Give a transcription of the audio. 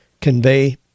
convey